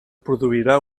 produirà